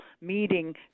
meeting